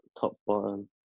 top-bottom